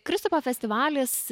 kristupo festivalis